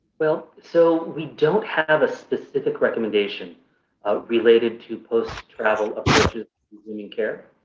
well, so we don't have a specific recommendation related to post-travel resuming care.